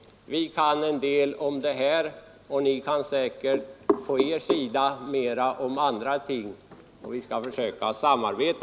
Vi kan en del om detta, och ni kan säkert mycket mera om andra ting — vi borde försöka samarbeta.